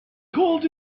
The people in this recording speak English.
called